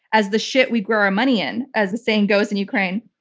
as the shit we grow our money in, as the saying goes in ukraine.